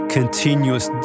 continuous